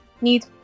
Need